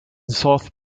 south